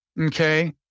Okay